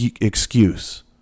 excuse